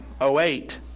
08